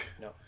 No